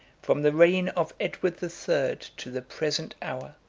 from the reign of edward the third to the present hour.